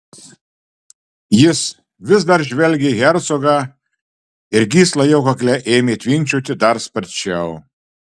jis vis dar žvelgė į hercogą ir gysla jo kakle ėmė tvinkčioti dar sparčiau